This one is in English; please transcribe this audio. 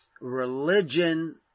religion